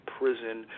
prison